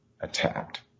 attacked